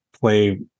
play